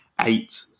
eight